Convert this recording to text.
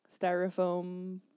styrofoam